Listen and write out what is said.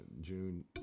June